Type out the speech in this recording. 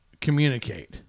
communicate